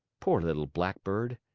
poor little blackbird!